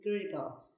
critical